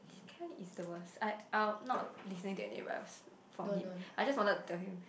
Kai is the worst uh uh not listening to anybody else from him I just wanted to tell him